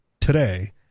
today